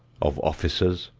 of officers,